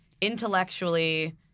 intellectually